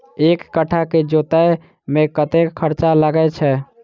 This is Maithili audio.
एक कट्ठा केँ जोतय मे कतेक खर्चा लागै छै?